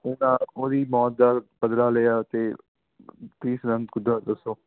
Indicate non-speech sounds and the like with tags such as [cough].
ਇਹ ਨਾ ਉਹਦੀ ਮੌਤ ਦਾ ਬਦਲਾ ਲਿਆ ਅਤੇ [unintelligible] ਦੱਸੋ